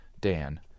Dan